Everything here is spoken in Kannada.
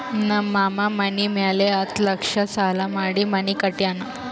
ನಮ್ ಮಾಮಾ ಮನಿ ಮ್ಯಾಲ ಹತ್ತ್ ಲಕ್ಷ ಸಾಲಾ ಮಾಡಿ ಮನಿ ಕಟ್ಯಾನ್